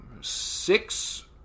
six